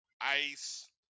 ice